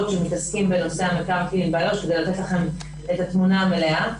שמתעסקים בנושא המקרקעין באיו"ש ואתן לכם את התמונה המלאה.